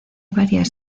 varias